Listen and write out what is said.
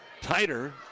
tighter